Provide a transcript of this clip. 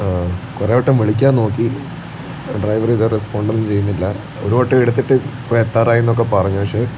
ആ കുറേ വട്ടം വിളിക്കാൻ നോക്കി ഡ്രൈവർ ഇതുവരെ റെസ്പോണ്ട് ഒന്നും ചെയ്യുന്നില്ല ഒരു വട്ടം എടുത്തിട്ട് ഇപ്പോൾ എത്താറായി എന്നൊക്കെ പറഞ്ഞു പക്ഷേ